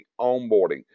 onboarding